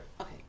Okay